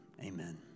amen